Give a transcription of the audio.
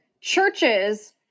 Churches